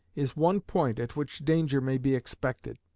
is one point at which danger may be expected.